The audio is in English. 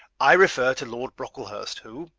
i refer to lord brocklehurst, who,